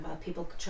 People